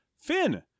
Finn